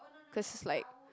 cause it's like